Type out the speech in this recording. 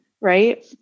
right